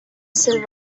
silver